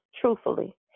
truthfully